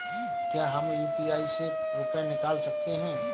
क्या हम यू.पी.आई से रुपये निकाल सकते हैं?